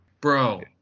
Bro